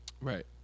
Right